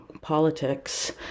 politics